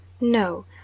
No